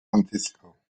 francisco